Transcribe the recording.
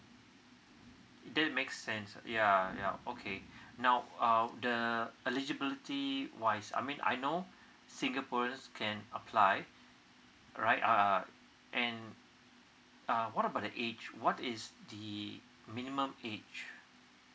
that make sense yeah yeah okay now um the eligibility wise I mean I know singaporeans can apply right uh and uh what about the age what is the minimum age